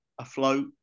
afloat